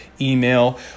email